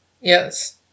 Yes